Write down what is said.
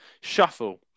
Shuffle